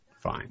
fine